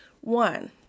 one